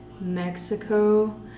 Mexico